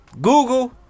Google